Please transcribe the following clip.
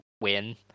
win